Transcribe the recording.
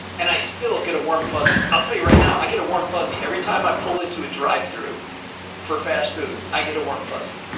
and i still get a warm, fuzzy. i'll tell you right now, i get a warm, fuzzy, every time i pull into a drive-through for fast food, i get a warm, fuzzy.